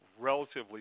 relatively